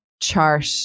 chart